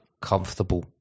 comfortable